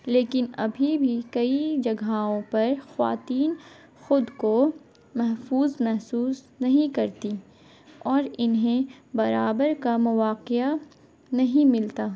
لیکن ابھی بھی کئی جگہوں پر خواتین خود کو محفوظ محسوس نہیں کرتی اور انہیں برابر کا مواقع نہیں ملتا